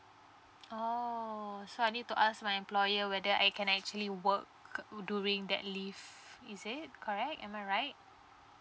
oh so I need to ask my employer whether I can actually work during that leave is it correct am I right